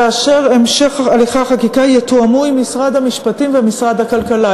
כאשר המשך הליכי החקיקה יתואם עם משרד המשפטים ומשרד הכלכלה.